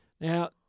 Now